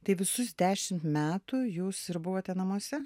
tai visus dešimt metų jūs ir buvote namuose